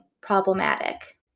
problematic